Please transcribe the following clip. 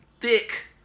thick